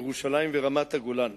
ירושלים ורמת-הגולן.